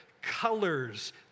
colors